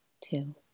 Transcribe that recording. two